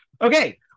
Okay